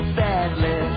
badly